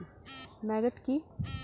Maggot কি?